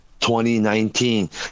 2019